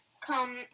come